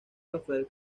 rafael